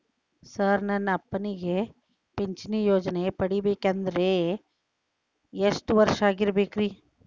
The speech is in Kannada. ಸರ್ ನನ್ನ ಅಪ್ಪನಿಗೆ ಪಿಂಚಿಣಿ ಯೋಜನೆ ಪಡೆಯಬೇಕಂದ್ರೆ ಎಷ್ಟು ವರ್ಷಾಗಿರಬೇಕ್ರಿ?